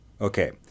Okay